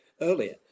earlier